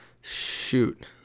shoot